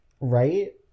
Right